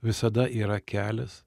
visada yra kelias